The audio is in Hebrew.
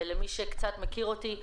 מי שקצת מכיר אותי,